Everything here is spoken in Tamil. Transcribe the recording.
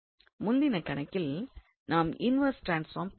முந்தின கணக்கில் நாம் இன்வெர்ஸ் ட்ரான்ஸ்பார்ம் பெற்றோம்